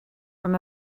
from